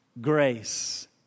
Grace